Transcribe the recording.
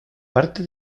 parte